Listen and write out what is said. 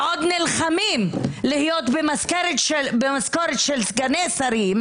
ועוד נלחמים להיות במשכורת של סגני שרים,